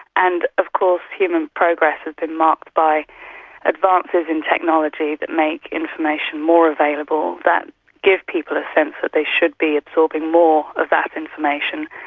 and of course human progress has been marked by advances in technology that make information more available that give people a sense that they should be absorbing more of that information,